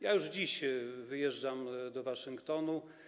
Ja już dziś wyjeżdżam do Waszyngtonu.